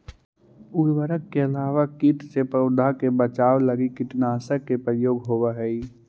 उर्वरक के अलावा कीट से पौधा के बचाव लगी कीटनाशक के प्रयोग होवऽ हई